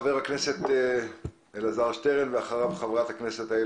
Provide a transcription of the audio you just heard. חבר הכנסת אלעזר שטרן, בבקשה.